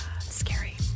scary